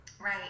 Right